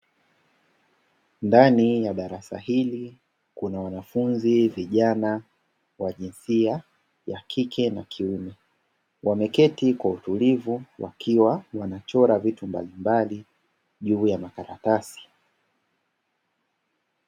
Ndani ya darasa hili, kuna wanafunzi vijana wa jinsia ya kike na kiume, wameketi kwa utulivu wakiwa wanachora vitu mbalimbali juu ya makaratasi.